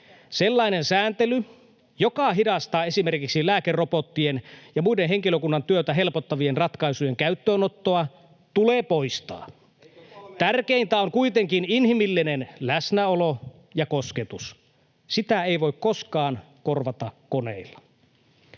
Sellainen sääntely, joka hidastaa esimerkiksi lääkerobottien ja muiden henkilökunnan työtä helpottavien ratkaisujen käyttöönottoa, tulee poistaa. [Ben Zyskowicz: Eikö kolme ja puoli vuotta ole riittänyt?] Tärkeintä on kuitenkin inhimillinen läsnäolo ja kosketus — sitä ei voi koskaan korvata koneilla.